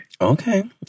Okay